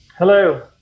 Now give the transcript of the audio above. Hello